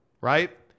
right